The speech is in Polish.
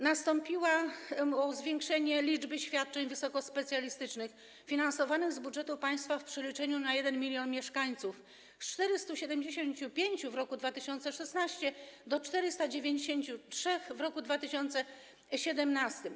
Nastąpiło zwiększenie liczby świadczeń wysokospecjalistycznych finansowanych z budżetu państwa w przeliczeniu na 1 mln mieszkańców z 475 w roku 2016 do 493 w roku 2017.